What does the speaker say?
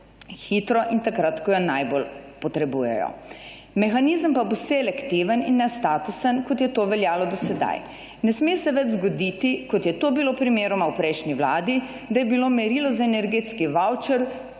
hitro in takrat, ko jo najbolj potrebujejo. Mehanizem pa bo selektiven in ne statusen kot je to veljalo do sedaj. Ne sem se več zgoditi kot je to bilo primeroma v prejšnji Vladi, da je bilo merilo za energetski vavčer